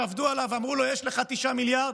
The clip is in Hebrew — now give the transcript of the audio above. שעבדו עליו ואמרו לו יש לך 9 מיליארד,